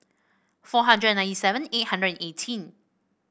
four hundred and ninety seven eight hundred and eighteen